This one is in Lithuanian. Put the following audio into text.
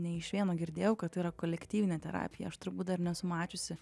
ne iš vieno girdėjau kad tai yra kolektyvinė terapija aš turbūt dar nesu mačiusi